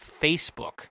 Facebook